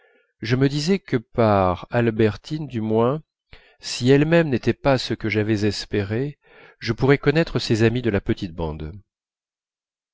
je me disais que par albertine du moins si elle-même n'était pas ce que j'avais espéré je pourrais connaître ses amies de la petite bande